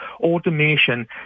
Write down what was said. Automation